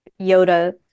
Yoda